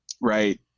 right